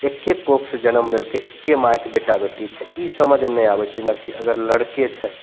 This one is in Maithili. एके कोखिसँ जनम लेलकै एके मायके बेटा बेटी छै ई समझमे नहि आबय छै जेनाकि अगर लड़के छै